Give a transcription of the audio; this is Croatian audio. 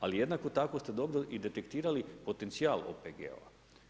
Ali jednako tako ste dobro i detektirali potencija OPG-ova.